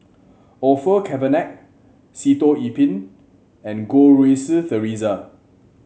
Orfeur Cavenagh Sitoh Yih Pin and Goh Rui Si Theresa